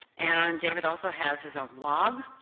and david also has his own blog.